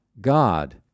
God